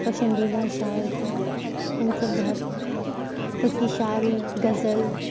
پسندیدہ شاعر تھا ہم سب بہت اس کی شاعری غزل